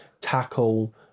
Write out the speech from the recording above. tackle